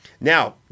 now